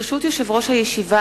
ברשות יושב-ראש הישיבה,